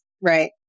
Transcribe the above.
Right